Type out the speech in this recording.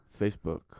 Facebook